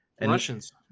Russians